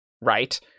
right